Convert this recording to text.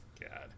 God